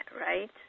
right